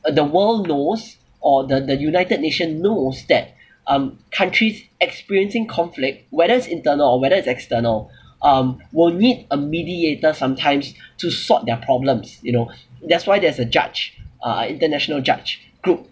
the world knows or the the united nation knows that um countries experiencing conflict whether it's internal or whether it's external um will need a mediator sometimes to sort their problems you know that's why there's a judge uh international judge group